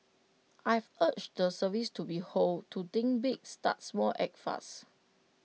I've urged the service to be hold to think big start small act fast